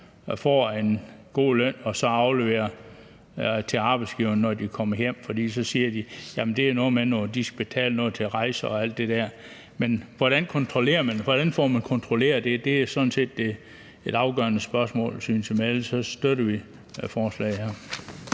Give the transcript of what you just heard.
får en god løn og så skal aflevere til arbejdsgiveren, når de kommer hjem. Det er noget med, at arbejdsgiveren siger, at de skal betale noget til rejsen og alt det der. Men hvordan kontrollerer man det? Det er sådan set et afgørende spørgsmål. Men ellers støtter vi forslaget.